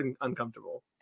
uncomfortable